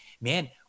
man